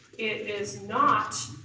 it is not